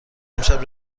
امشب